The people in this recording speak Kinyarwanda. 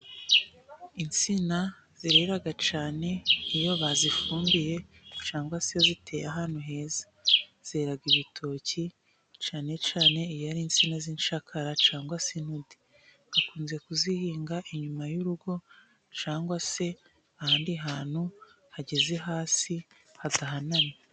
Insina zirera cyane iyo bazifumbiye cyangwa se iyo ziteye ahantu heza. Zera ibitoki cyane cyane iya ari insina z'incakara cyangwa se inudi. Bakunze kuzihinga inyuma y'urugo cyangwa se ahandi hantu hageze hasi hadahanamye.